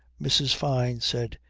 mrs. fyne said,